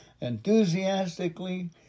Enthusiastically